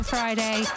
Friday